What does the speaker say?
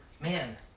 man